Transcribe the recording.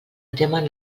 temen